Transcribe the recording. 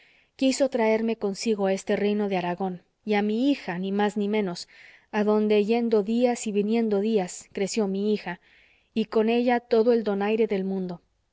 quiso traerme consigo a este reino de aragón y a mi hija ni más ni menos adonde yendo días y viniendo días creció mi hija y con ella todo el donaire del mundo